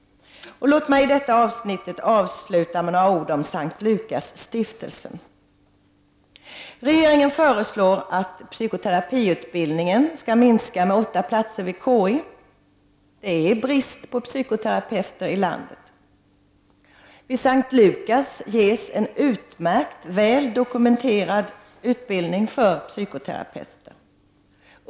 Låt mig avsluta detta avsnitt med några ord om S:t Lukasstiftelsen. Regeringen föreslår att psykoterapiutbildningen skall minska med åtta platser vid Karolinska institutet. Det är brist på psykoterapeuter i landet. Vid S:t Lukasstiftelsen ges en utmärkt, väl dokumenterad utbildning för psykoterapeuter.